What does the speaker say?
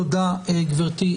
תודה, גברתי.